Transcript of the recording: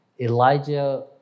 Elijah